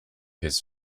his